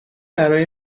برای